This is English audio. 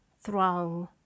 throng